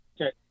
Okay